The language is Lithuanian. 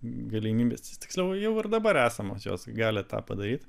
galimybės tiksliau jau ir dabar esamos jos gali tą padaryt